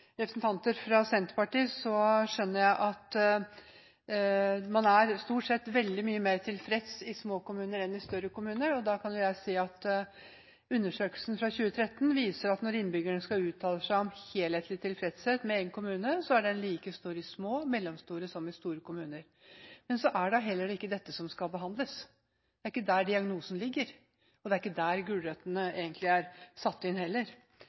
representanter fra Senterpartiet, skjønner jeg at man stort sett er veldig mye mer tilfreds i små kommuner enn i større kommuner, men undersøkelsen fra 2013 viser at når innbyggerne skal uttale seg om helhetlig tilfredshet med egen kommune, så er den like stor i små og mellomstore som i store kommuner. Men så er det da heller ikke dette som skal behandles. Det er ikke der diagnosen ligger, og det er heller ikke der gulrøttene er satt inn.